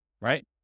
right